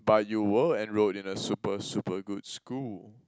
but you were enrolled in a super super good school